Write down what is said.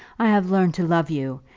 i have learned to love you,